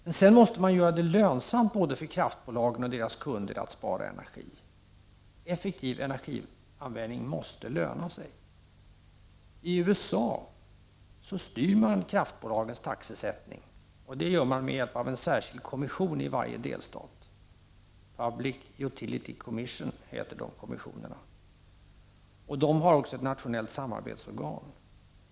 Man måste göra det lönsamt för både kraftbolagen och deras kunder att spara energi. Effektiv energianvändning måste löna sig. I USA styr man kraftbolagens taxesättning. Det gör man med hjälp av en särskild kommission i varje delstat. Kommissionen heter Public Utility Commission. Dessutom har man också ett nationellt samarbetsorgan.